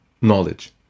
knowledge